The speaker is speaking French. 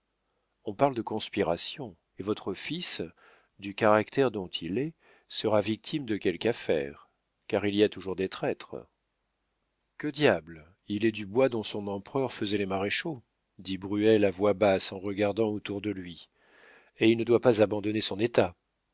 on parle de conspirations et votre fils du caractère dont il est sera victime de quelque affaire car il y a toujours des traîtres que diable il est du bois dont son empereur faisait les maréchaux dit bruel à voix basse en regardant autour de lui et il ne doit pas abandonner son état